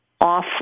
off